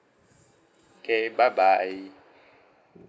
favorite by